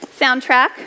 soundtrack